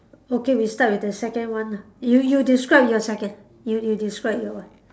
okay we start with the second one ah you you describe your second you you describe your one